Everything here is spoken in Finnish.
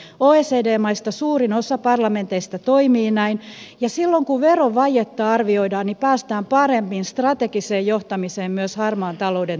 oecd maista suurin osa parlamenteista toimii näin ja silloin kun verovajetta arvioidaan niin päästään paremmin strategiseen johtamiseen myös harmaan talouden torjunnassa